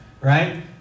Right